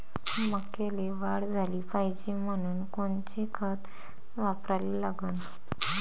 मक्याले वाढ झाली पाहिजे म्हनून कोनचे खतं वापराले लागन?